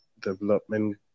development